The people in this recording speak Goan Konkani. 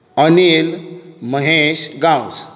अनिल महेश गांवस